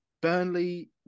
Burnley